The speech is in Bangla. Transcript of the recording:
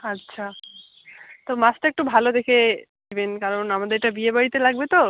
আচ্ছা তো মাছটা একটু ভালো দেখে দেবেন কারণ আমাদের এটা বিয়ে বাড়িতে লাগবে তো